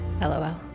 LOL